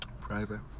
Private